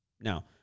Now